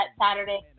Saturday